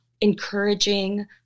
encouraging